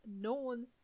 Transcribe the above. known